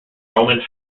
roman